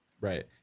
right